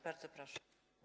Bardzo proszę.